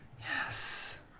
Yes